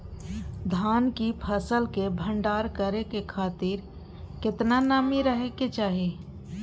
धान की फसल के भंडार करै के खातिर केतना नमी रहै के चाही?